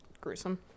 gruesome